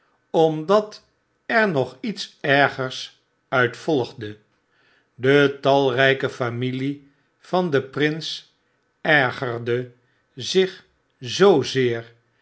omdat er nog iets ergers uit volgde de talryke familie van den prins ergerde zich zoozeer